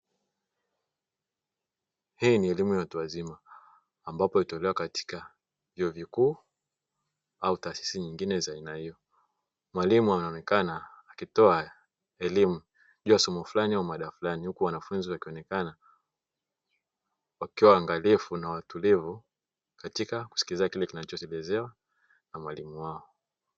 Hii ni elimu ya watu wazima, ambapo hutolewa katika vyuo vikuu au taasisi nyingine za aina hiyo. Mwalimu anaonekana akitoa elimu juu ya somo flani au mada flani, huku wanafunzi wakionekana wakiwa waangalifu na watulivu katika kuskiliza kile kinachoelezewa na mwalimu wao.